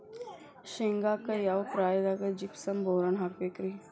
ಶೇಂಗಾಕ್ಕ ಯಾವ ಪ್ರಾಯದಾಗ ಜಿಪ್ಸಂ ಬೋರಾನ್ ಹಾಕಬೇಕ ರಿ?